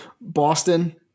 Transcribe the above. Boston